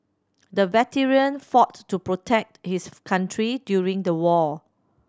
the veteran fought to protect his country during the war